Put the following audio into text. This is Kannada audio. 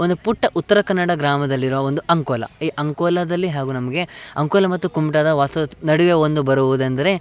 ಒಂದು ಪುಟ್ಟ ಉತ್ತರ ಕನ್ನಡ ಗ್ರಾಮದಲ್ಲಿರುವ ಒಂದು ಅಂಕೋಲ ಈ ಅಂಕೋಲದಲ್ಲಿ ಹಾಗೂ ನಮಗೆ ಅಂಕೋಲ ಮತ್ತು ಕುಮುಟಾದ ವಾಸ್ತುತ್ ನಡೆಯುವ ಒಂದು ಬರುವುದೆಂದರೆ